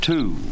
Two